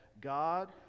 God